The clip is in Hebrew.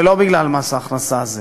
ולא בגלל מס ההכנסה הזה,